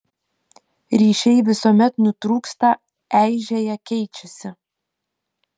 ryšiai visuomet nutrūksta eižėja keičiasi